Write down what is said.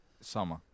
Summer